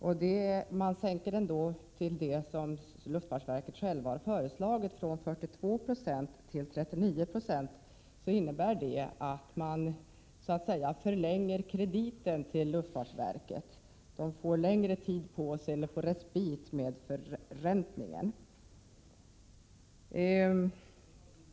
Om man sänker den till vad luftfartsverket självt har föreslagit, nämligen från 42 9o till 39 90, innebär det att man så att säga förlänger krediten till luftfartsverket. Verket får så att säga respit med förräntningen.